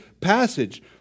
passage